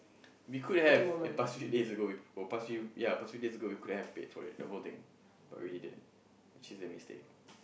we could have a past few days ago yeah past few ya past few days we could have paid for it the whole thing but we didn't which is a mistake